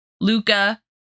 Luca